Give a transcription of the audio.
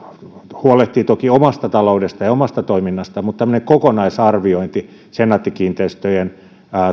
huolehtii toki omasta taloudesta ja ja omasta toiminnasta mutta tämmöinen kokonaisarviointi senaatti kiinteistöjen